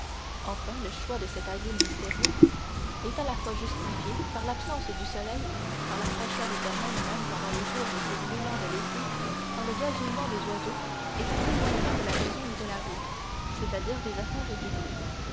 enfin le choix de cet asile mystérieux est à la fois justifié par l'absence du soleil par la fraîcheur éternelle même pendant les jours les plus brûlants de l'été par le gazouillement des oiseaux et par l'éloignement de la maison et de la rue c'est-à-dire des affaires et du bruit